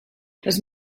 les